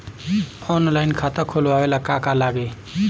Online खाता खोलबाबे ला का का लागि?